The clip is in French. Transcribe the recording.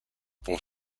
pour